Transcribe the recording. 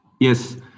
Yes